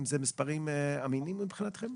האם זה מספרים אמינים מבחינתכם?